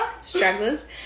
Stragglers